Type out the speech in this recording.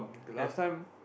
last time